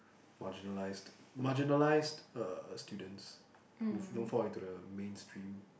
marginalised marginalised uh students who don't fall into the main stream